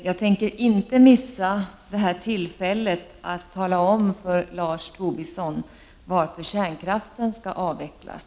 Jag tänker inte missa tillfället att tala om för Lars Tobisson varför kärnkraften skall avvecklas.